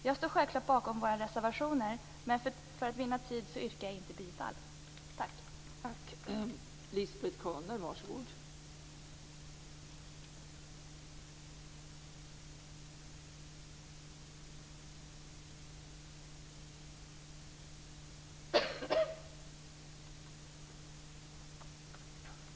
Jag står självfallet bakom våra reservationer, men för att vinna tid yrkar jag inte bifall till dem.